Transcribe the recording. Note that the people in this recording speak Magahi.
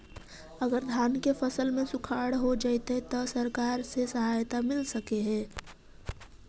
अगर धान के फ़सल में सुखाड़ होजितै त सरकार से सहायता मिल सके हे?